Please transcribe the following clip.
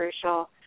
crucial